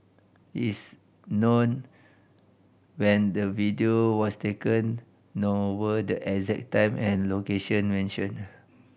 it is not known when the video was taken nor were the exact time and location mentioned